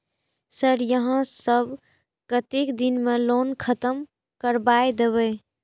Sir यहाँ सब कतेक दिन में लोन खत्म करबाए देबे?